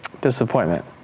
Disappointment